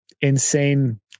insane